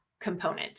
component